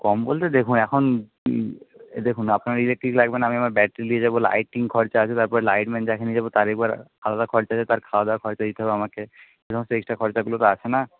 কম বলতে দেখুন এখন এই দেখুন আপনার ইলেকট্রিক লাগবে না আমি আমার ব্যাটারি নিয়ে যাবো লাইটিং খরচা আছে তারপরে লাইটম্যান যাকে নিয়ে যাবো তার আবার আলাদা খরচা আছে তার খাওয়াদাওয়ার খরচা দিতে হবে আমাকে এই সমস্ত এক্সট্রা খরচাগুলা তো আছে না